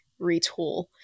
retool